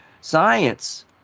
science